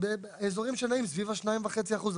אזורים שנעים סביב ה-2.5 אחוזים.